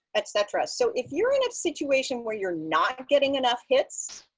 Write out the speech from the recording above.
et cetera. so if you're in a situation where you're not getting enough hits,